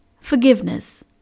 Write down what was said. Forgiveness